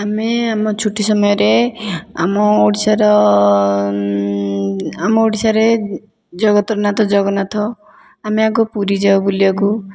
ଆମେ ଆମ ଛୁଟି ସମୟରେ ଆମ ଓଡ଼ିଶାର ଆମ ଓଡ଼ିଶାରେ ଜଗତର ନାଥ ଜଗନ୍ନାଥ ଆମେ ଆଗ ପୁରୀ ଯାଉ ବୁଲିବାକୁ